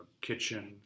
Kitchen